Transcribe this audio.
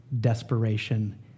desperation